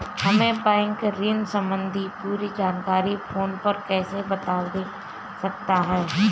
हमें बैंक ऋण संबंधी पूरी जानकारी फोन पर कैसे दे सकता है?